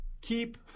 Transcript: Keep